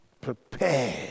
Prepare